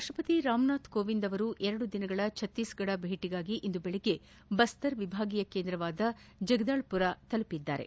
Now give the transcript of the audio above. ರಾಷ್ಟಪತಿ ರಾಮನಾಥ್ ಕೋವಿಂದ್ ಎರಡು ದಿನಗಳ ಛತ್ತೀಸ್ಗಡ ಭೇಟಿಗಾಗಿ ಇಂದು ಬೆಳಗ್ಗೆ ಬಸ್ತರ್ ವಿಭಾಗೀಯ ಕೇಂದ್ರವಾದ ಜಗದಾಲ್ ಪುರ್ ತಲುಪಿದ್ದಾರೆ